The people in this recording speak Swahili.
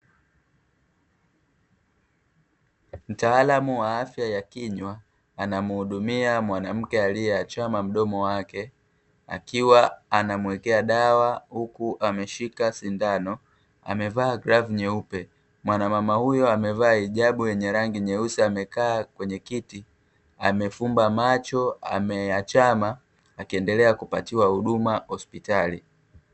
Mtaalamu wa afya ya kinywa, anamhudumia mwanamke aliyeachama mdomo wake; akiwa anamwekea dawa huku ameshika sindano; amevaa glavu nyeupe. Mwanamama huyo amevaa hijabu yenye rangi nyeusi; amekaa kwenye kiti; amefumba macho; ameachama; akiendelea kupatiwa huduma hospitali.